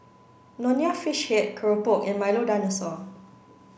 Nonya Fish Head Keropok and Milo Dinosaur